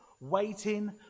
waiting